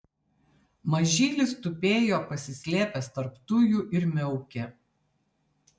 mažylis tupėjo pasislėpęs tarp tujų ir miaukė